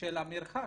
של המרחק,